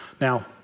Now